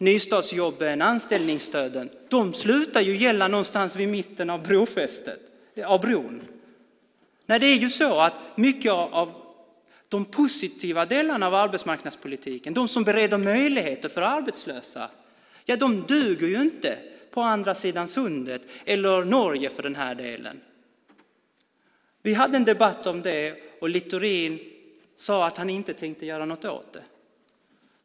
Nystartsjobben och anställningsstöden slutar ju att gälla någonstans vid mitten av bron. Många av de positiva delarna av arbetsmarknadspolitiken, de som bereder möjligheter för arbetslösa, duger inte på andra sidan sundet eller gränsen till Norge. Vi hade en debatt om det, och Littorin sade att han inte tänkte göra något åt det.